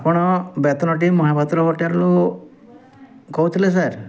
ଆପଣ ବେତନଟୀ ମହାପାତ୍ର ହୋଟେଲ୍ରୁ କହୁଥିଲେ ସାର୍